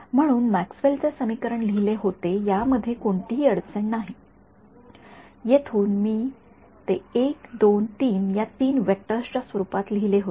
म्हणून मॅक्सवेल चे समीकरण लिहिले होते या मध्ये कोणतीही अडचण नाही येथून मी ते १ २ ३ या ३ वेक्टर्स च्या स्वरूपात लिहिले होते